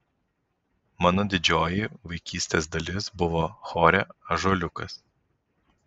mano didžioji vaikystės dalis buvo chore ąžuoliukas